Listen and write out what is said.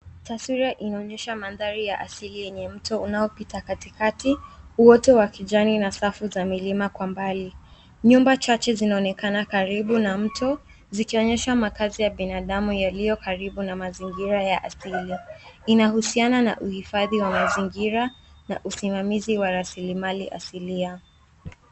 Taswira inaonyesha mandhari ya asili yenye mto unaopita katikati. Uoto wa kijani ina safu za milima kwa mbali. Nyumba chache zinaonekana karibu na mto zikionyesha makazi ya binadamu yaliyo karibu na mazingira ya asili. Inahusiana na uhifadhi wa mazingira na usimamizi wa rasilimali asilia.